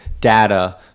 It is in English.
data